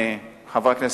חברי הכנסת,